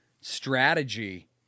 strategy